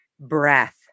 Breath